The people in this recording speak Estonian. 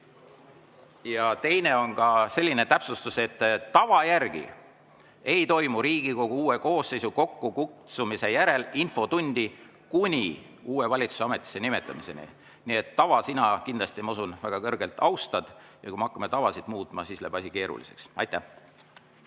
Teiseks, on ka selline täpsustus, et tava järgi ei toimu Riigikogu uue koosseisu kokkukutsumise järel infotundi kuni uue valitsuse ametisse nimetamiseni. Sina, ma usun, tava väga kõrgelt austad. Kui me hakkame tavasid muutma, siis läheb asi keeruliseks. Aitäh!